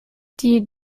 die